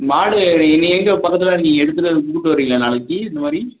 மாடு நீங்கள் எங்கள் பக்கத்தில் தான் இருக்கீங்க நீங்கள் எடுத்துகிட்டு கூட்டு வரீங்களா நாளைக்கு இந்த மாதிரி